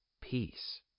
peace